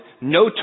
no